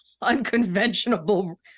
unconventional